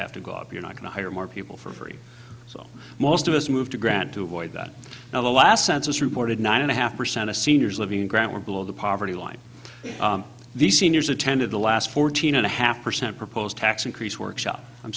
have to go up you're not going to hire more people for free most of us moved to grant to avoid that now the last census reported nine and a half percent of seniors living in grant or below the poverty line the seniors attended the last fourteen and a half percent proposed tax increase workshop i'm